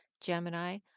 Gemini